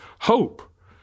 hope